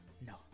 No